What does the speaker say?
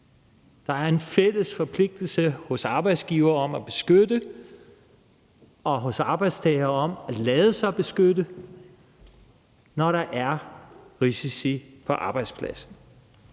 Der er en fælles forpligtelse hos arbejdsgiver om at beskytte og hos arbejdstager om at lade sig beskytte, når der er risici på arbejdspladsen.